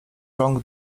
rąk